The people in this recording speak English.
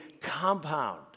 compound